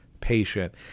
patient